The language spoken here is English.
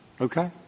Okay